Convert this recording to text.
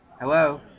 Hello